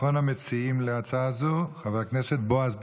אחרון המציעים הצעה הזו, חבר הכנסת בועז ביסמוט,